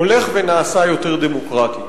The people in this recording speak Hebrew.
הולך ונעשה יותר דמוקרטי.